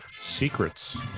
Secrets